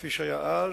כפי שהיה אז,